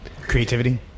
Creativity